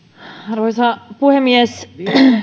arvoisa puhemies